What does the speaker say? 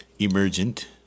emergent